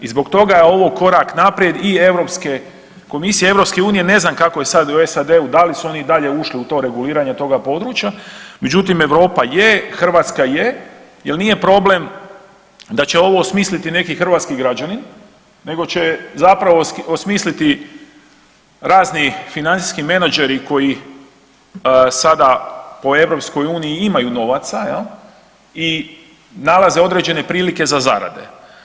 I zbog toga je ovo korak naprijed i Europske Komisije, Europske unije, ne znam kako je sad u SAD-u, da li su oni dalje ušli u to reguliranje toga područja, međutim Europa je, Hrvatska je, jer nije problem da će ovo osmisliti neki hrvatski građanin, nego će zapravo osmisliti razni financijski menadžeri koji sada po Europskoj uniji imaju novaca i nalaze određene prilike za zarade.